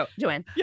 Joanne